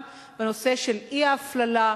בנושא של אי-הפללה,